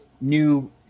new